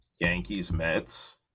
Yankees-Mets